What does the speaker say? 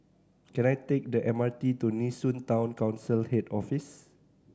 can I take the M R T to Nee Soon Town Council Head Office